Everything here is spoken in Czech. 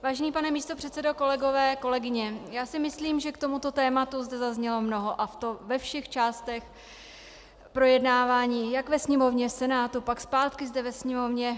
Vážený pane místopředsedo, kolegové, kolegyně, myslím, že k tomuto tématu zde zaznělo mnoho, a to ve všech částech projednávání jak ve Sněmovně, v Senátu, pak zpátky zde ve Sněmovně.